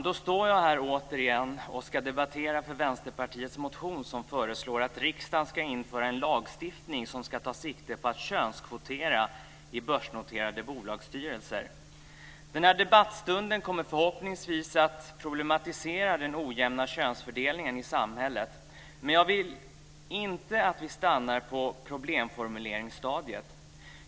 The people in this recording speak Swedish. Då står jag här återigen och ska argumentera för Vänsterpartiets motion som föreslår att riksdagen ska införa en lagstiftning som ska ta sikte på att könskvotera i börsnoterade bolagsstyrelser. Den här debattstunden kommer förhoppningsvis att problematisera den ojämna könsfördelningen i samhället. Men jag vill inte att vi stannar på problemformuleringsstadiet.